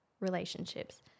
Relationships